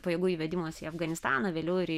pajėgų įvedimas į afganistaną vėliau ir į